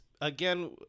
again